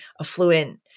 affluent